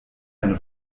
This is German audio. eine